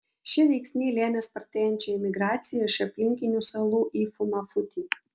šie veiksniai lėmė spartėjančią imigraciją iš aplinkinių salų į funafutį